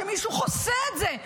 שמישהו חוסה את זה?